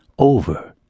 over